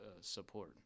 support